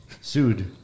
sued